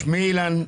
שמי אילן,